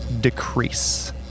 decrease